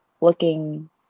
looking